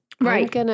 Right